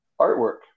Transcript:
artwork